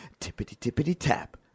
Tippity-tippity-tap